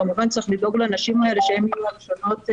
כמובן צריך לדאוג לנשים האלה שהן יהיו האחרונות.